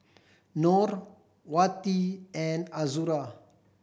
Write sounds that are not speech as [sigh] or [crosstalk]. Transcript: Nor [unintelligible] Wati and Azura